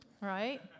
Right